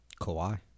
Kawhi